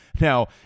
Now